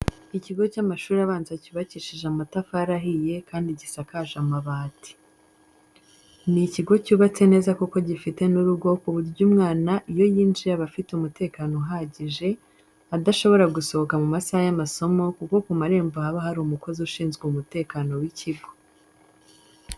Ikigo cy'amashuri abanza cyubakishije amatafari ahiye kandi gisakaje amabati. Ni ikigo cyubatse neza kuko gifite n'urugo ku buryo umwana iyo yinjiyemo aba afite umutekano uhagije, adashobora gusohoka mu masaha y'amasomo kuko ku marembo haba hari umukozi ushinzwe umutekano w'ikigo.